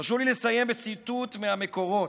תרשו לי לסיים בציטוט מהמקורות: